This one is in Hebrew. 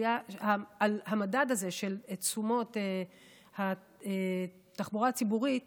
המדד הזה של תשומות התחבורה הציבורית